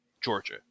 Georgia